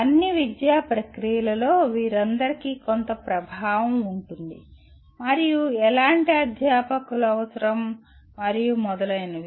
అన్ని విద్యా ప్రక్రియలలో వీరందరికీ కొంత ప్రభావం ఉంటుంది మరియు ఎలాంటి అధ్యాపకులు అవసరం మరియు మొదలైనవి